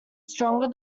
stronger